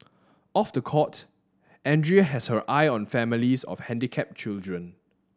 off the court Andrea has her eye on families of handicapped children